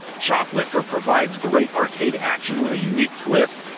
choplifter provides great arcade action with a unique twist,